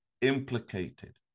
implicated